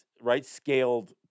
right-scaled